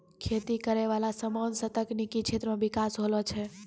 खेती करै वाला समान से तकनीकी क्षेत्र मे बिकास होलो छै